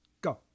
Go